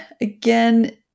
again